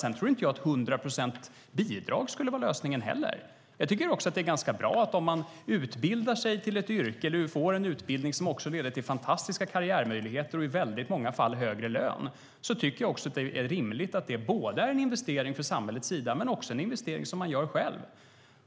Sedan tror jag inte att 100 procent i bidrag skulle vara lösningen heller. Jag tycker att om man utbildar sig till ett yrke eller får en utbildning som också leder till fantastiska karriärmöjligheter och i väldigt många fall högre lön, då är det rimligt att det är en investering från samhällets sida men också en investering som man gör själv.